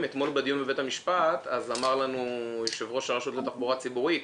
בבית המשפט אמר לנו יושב ראש הרשות לתחבורה הציבורית